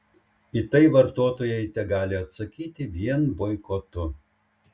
į tai vartotojai tegali atsakyti vien boikotu